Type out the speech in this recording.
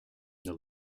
the